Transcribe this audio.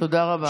תודה רבה.